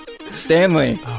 Stanley